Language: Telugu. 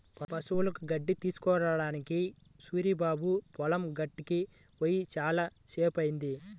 పశువులకి గడ్డి కోసుకురావడానికి సూరిబాబు పొలం గట్టుకి పొయ్యి చాలా సేపయ్యింది